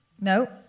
No